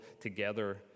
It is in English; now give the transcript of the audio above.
together